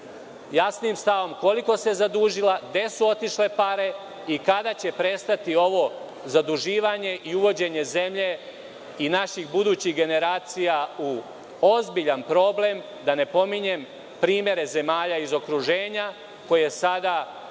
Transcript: jasnim stavom koliko se zadužila, gde su otišle pare i kada će prestati ovo zaduživanje i uvođenje zemlje i naših budućih generacija u ozbiljan problem? Da ne pominjem primere zemalja iz okruženja koje sada